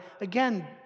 Again